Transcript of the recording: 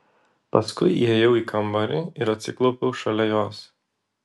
paskui įėjau į kambarį ir atsiklaupiau šalia jos